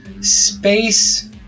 space